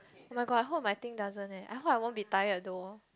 oh-my-god I hope my thing doesn't eh I hope I won't be tired though